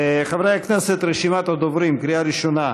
חברי הכנסת, רשימת הדוברים, קריאה ראשונה: